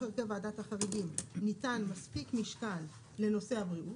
הרכב ועדת החריגים ניתן מספיק משקל לנושא הבריאות.